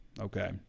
okay